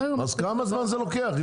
לא --- אז כמה זמן זה לוקח?